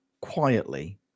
quietly